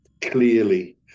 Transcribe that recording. clearly